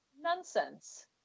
nonsense